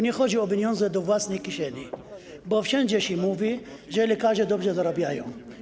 Nie chodzi o pieniądze do własnej kieszeni, bo wszędzie się mówi, że lekarze dobrze zarabiają.